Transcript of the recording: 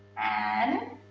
and,